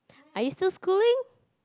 are you still schooling